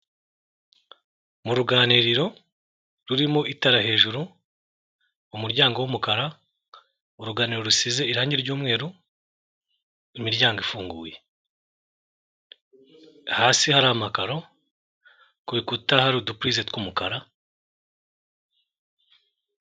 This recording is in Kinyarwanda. Mu ruganiriro rurimo itara hejuru, umuryango w'umukara, uruganiriro rusize irangi ry'umweru, imiryango ifunguye. Hasi hari amakaro, ku bikuta hari udupurize tw'umukara.